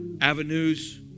avenues